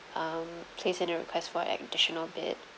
um place in a request for additional bed